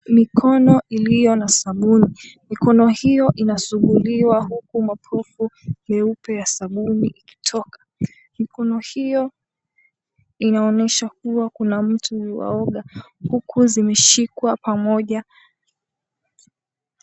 Mikono iliyo na sabuni. Mikono hiyo inasuguliwa huku mapovu meupe ya sabuni ikitoka. Mikono hiyo inaonyesha kuwa kuna mtu yuwaoga, huku zimeshikwa pamoja.